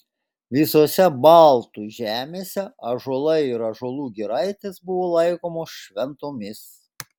visose baltų žemėse ąžuolai ir ąžuolų giraitės buvo laikomos šventomis